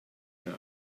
know